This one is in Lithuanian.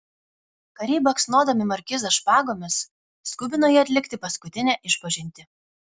kariai baksnodami markizą špagomis skubino jį atlikti paskutinę išpažintį